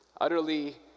Utterly